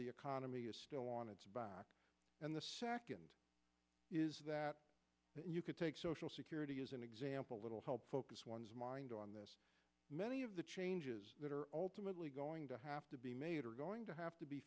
the economy is still on its back and the second is that you could take social security as an example a little help focus one's mind on this many of the changes that are ultimately going to have to be made are going to have to be